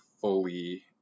fully